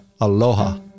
aloha